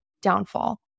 downfall